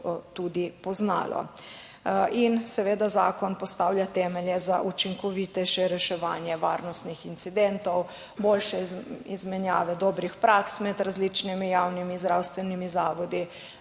tudi poznalo in seveda zakon postavlja temelje za učinkovitejše reševanje varnostnih incidentov, boljše izmenjave dobrih praks med različnimi javnimi zdravstvenimi zavodi